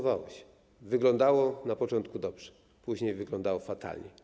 Wyglądało to na początku dobrze, później wyglądało fatalnie.